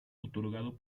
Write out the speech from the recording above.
otorgado